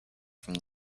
from